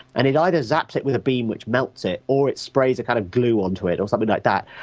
and it either zaps it with a beam which melts it or it sprays a kind of glue onto it or something like that,